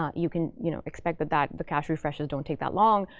um you can you know expect that that the cache refreshes don't take that long.